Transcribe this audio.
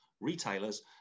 retailers